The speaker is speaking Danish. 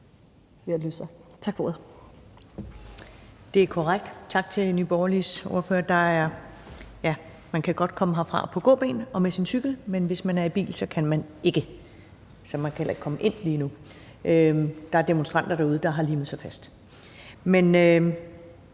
Tak for ordet.